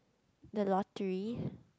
the lottery